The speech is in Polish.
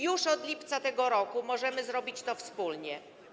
Już od lipca tego roku możemy zrobić to wspólnie.